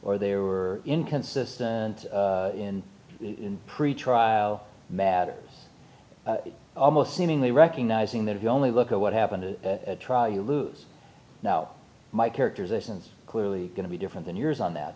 or they were inconsistent in pretrial matters almost seemingly recognizing that if you only look at what happened at trial you lose now my characterizations clearly going to be different than yours on that